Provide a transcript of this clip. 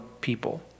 people